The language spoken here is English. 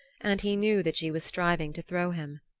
and he knew that she was striving to throw him.